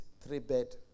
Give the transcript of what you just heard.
three-bed